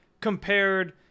compared